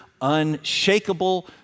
unshakable